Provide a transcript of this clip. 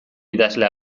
idazle